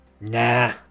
Nah